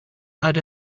add